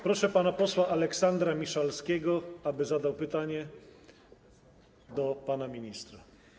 Proszę pana posła Aleksandra Miszalskiego, aby zadał pytanie panu ministrowi.